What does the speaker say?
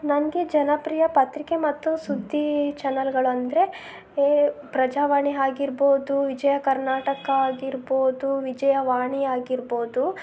ನನಗೆ ಜನಪ್ರಿಯ ಪತ್ರಿಕೆ ಮತ್ತು ಸುದ್ದಿ ಚನಲ್ಗಳಂದ್ರೆ ಏ ಪ್ರಜಾವಾಣಿ ಆಗಿರ್ಬೋದು ವಿಜಯ ಕರ್ನಾಟಕ ಆಗಿರ್ಬೋದು ವಿಜಯವಾಣಿ ಆಗಿರ್ಬೋದು